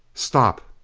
stop!